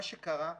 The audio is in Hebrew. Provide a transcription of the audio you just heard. מה שקרה,